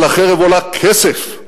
אבל החרב עולה כסף,